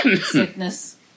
sickness